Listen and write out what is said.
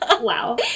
Wow